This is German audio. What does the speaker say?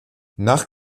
nach